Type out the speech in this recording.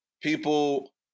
people